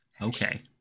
Okay